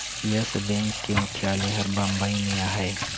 yes bank के मुख्यालय हर बंबई में अहे